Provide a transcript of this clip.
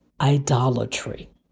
idolatry